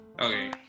Okay